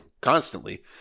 constantly